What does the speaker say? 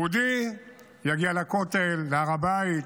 יהודי יגיע לכותל, להר הבית,